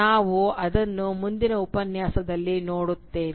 ನಾವು ಅದನ್ನು ಮುಂದಿನ ಉಪನ್ಯಾಸದಲ್ಲಿ ನೋಡುತ್ತೇವೆ